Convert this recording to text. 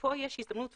פה יש הזדמנות,